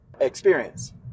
experience